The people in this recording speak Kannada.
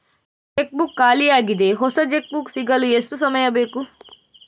ಚೆಕ್ ಬುಕ್ ಖಾಲಿ ಯಾಗಿದೆ, ಹೊಸ ಚೆಕ್ ಬುಕ್ ಸಿಗಲು ಎಷ್ಟು ಸಮಯ ಬೇಕು?